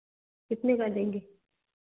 कितने का देंगी